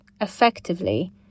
effectively